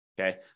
Okay